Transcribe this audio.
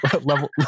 level